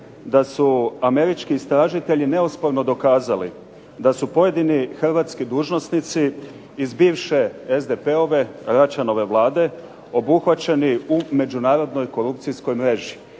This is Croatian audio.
da su američki istražitelji neosporno dokazali da su pojedini hrvatski dužnosnici iz bivše SDP-ove, Račanove Vlade obuhvaćeni u međunarodnoj korupcijskoj mreži.